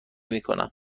میکنم